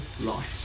life